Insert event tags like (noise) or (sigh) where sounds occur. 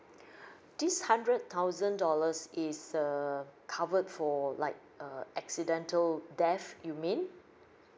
(breath) this hundred thousand dollars is a covered for like a accidental death you mean